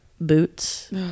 boots